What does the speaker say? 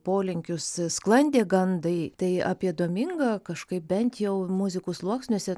polinkius sklandė gandai tai apie domingą kažkaip bent jau muzikų sluoksniuose